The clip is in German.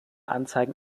anzeigen